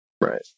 right